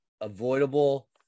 avoidable